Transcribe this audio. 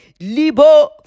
libo